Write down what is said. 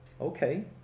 Okay